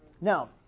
Now